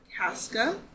Casca